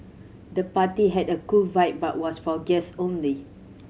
the party had a cool vibe but was for guest only